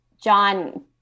John